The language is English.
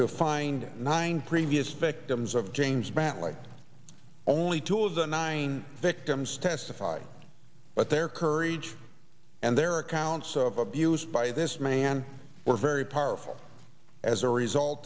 to find nine previous victims of james batley only two of the nine victims testify but their courage and their accounts of abuse by this man were very powerful as a result